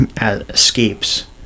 escapes